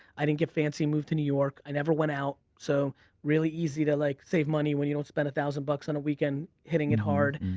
i didn't get fancy moved to new york. i never went out so really easy to like save money when you don't spend a thousand bucks on a weekend hitting it hard.